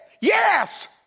Yes